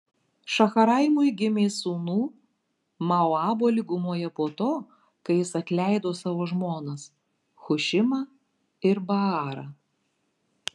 šaharaimui gimė sūnų moabo lygumoje po to kai jis atleido savo žmonas hušimą ir baarą